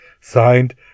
Signed